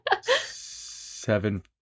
Seven